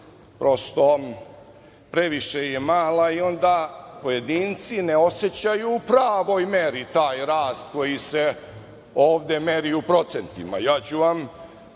mala, previše je mala i onda pojedinci ne osećaju u pravoj meri taj rast koji se ovde meri u procentima.